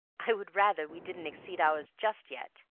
i would rather we didn't exceed ours just yet,